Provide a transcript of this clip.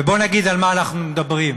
בואו נגיד על מה אנחנו מדברים.